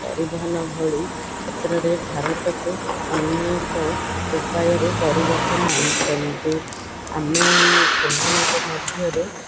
ପରିବହନ ଭଳି କ୍ଷେତ୍ରରେ ଭାରତକୁ ଅନେକ ଉପାୟରେ ପରିବର୍ତ୍ତନ ଆଣିଛନ୍ତି ଆମେ ସେମାନଙ୍କ ମଧ୍ୟରୁ